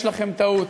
יש לכם טעות.